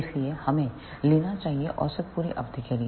इसलिए हमें लेना चाहिए औसत पूरी अवधि के लिए